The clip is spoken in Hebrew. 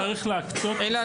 גם לשילוב צריך להקצות --- אילן,